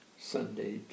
Sunday